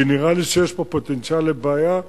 כי נראה לי שיש פה פוטנציאל לבעיה.